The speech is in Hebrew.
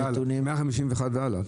151,000 והלאה.